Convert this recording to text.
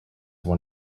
one